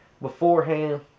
beforehand